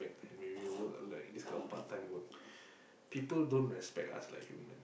back then when we work like this kind of part time work people don't respect us like humans